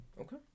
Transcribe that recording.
Okay